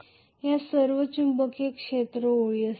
या सर्व चुंबकीय क्षेत्र ओळी असतील